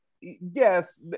yes